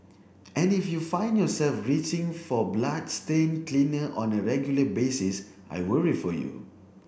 and if you find yourself reaching for bloodstain cleaner on a regular basis I worry for you